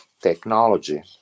technology